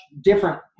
different